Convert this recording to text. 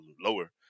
lower